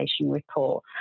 report